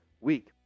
week